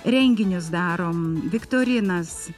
renginius darom viktorinas